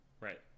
right